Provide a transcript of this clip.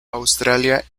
australia